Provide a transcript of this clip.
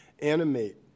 animate